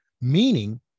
meaning